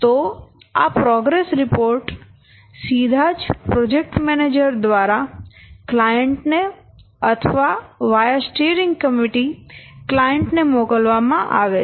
તો આ progress report સીધા જ પ્રોજેકટ મેનેજર દ્વારા ક્લાયન્ટ ને અથવા વાયા સ્ટીઅરિંગ કમિટી ક્લાયન્ટ ને મોકલવામાં આવે છે